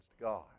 God